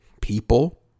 People